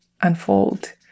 unfold